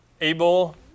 able